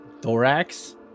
Thorax